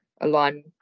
align